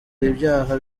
ibyaha